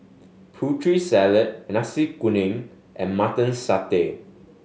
Putri Salad Nasi Kuning and Mutton Satay